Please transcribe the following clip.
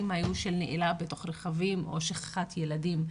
היו של נעילה בתוך רכבים או שכחת ילדים.